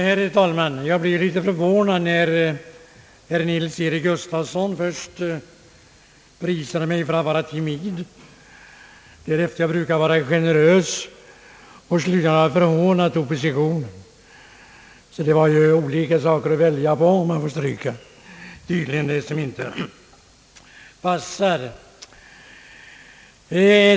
Herr talman! Jag blev litet förvånad när herr Nils-Eric Gustafsson först prisade mig för att vara timid, därefter för att jag brukar vara generös, men slutade med att jag förhånat oppositionen. Det var ju olika saker att välja på — man får tydligen stryka det som inte passar.